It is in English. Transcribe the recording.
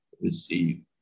receive